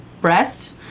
breast